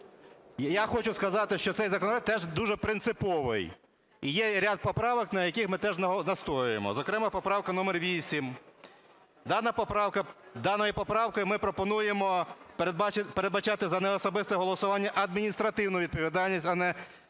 я хочу сказати, що цей законопроект теж дуже принциповий. І є ряд поправок, на яких ми теж настоюємо. Зокрема, поправка номер 8. Даною поправкою ми пропонуємо передбачати за неособисте голосування адміністративну відповідальність, а не кримінальну